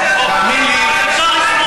אז אפשר לשמוח.